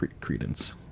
Credence